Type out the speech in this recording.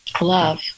Love